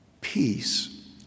peace